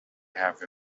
have